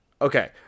Okay